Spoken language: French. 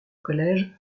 collège